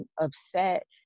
upset